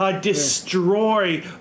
destroy